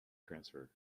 transfer